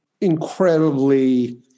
incredibly